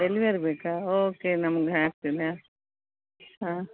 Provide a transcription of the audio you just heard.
delivery ಬೇಕಾ okay ನಮ್ಗೆ ಹಾಕ್ತಿನಿ ಹಾಂ